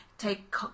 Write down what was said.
take